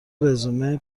رزومه